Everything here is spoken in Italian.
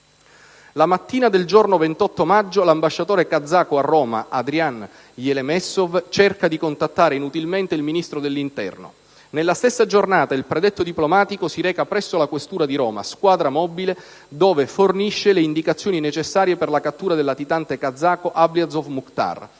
La mattina del giorno 28 maggio l'ambasciatore kazako a Roma Adrian Yelemessov cerca di contattare inutilmente il Ministro dell'interno, onorevole Angelino Alfano. Nella stessa giornata il predetto diplomatico si reca presso la Questura di Roma - Squadra mobile, dove fornisce le indicazioni necessarie per la cattura del latitante kazako Ablyazov Mukhtar,